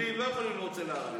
היהודים לא יכולים ללמוד אצל הערבים.